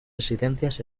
residencias